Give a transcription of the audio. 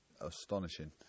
astonishing